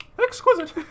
exquisite